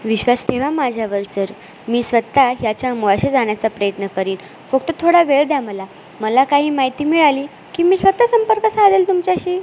विश्वास ठेवा माझ्यावर सर मी स्वतः ह्याच्या मुळाशी जाण्याचा प्रयत्न करीन फक्त थोडा वेळ द्या मला मला काही माहिती मिळाली की मी स्वतः संपर्क साधेल तुमच्याशी